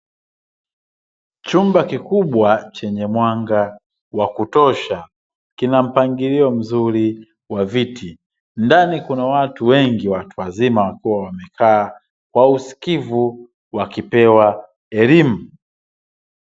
Chumba kikubwa chenye mwanga wakutosha, kina mpangilio mzuri wa viti, ndani kuna watu wengi, watu wazima wamekaa kwa usikivu wakipewa elimu.